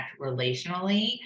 relationally